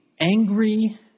angry